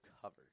covered